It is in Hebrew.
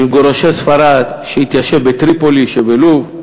ממגורשי ספרד שהתיישב בטריפולי שבלוב.